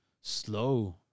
slow